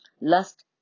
lust